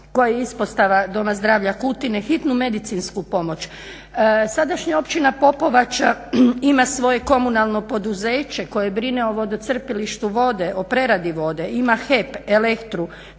je ispostava Doma zdravlja Kutine, hitnu medicinsku pomoć. Sadašnja Općina Popovača ima svoje komunalno poduzeće koje brine o vodocrpilištu vode, o preradi vode, ima HEP, elektru.